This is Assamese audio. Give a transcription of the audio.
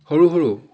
সৰু সৰু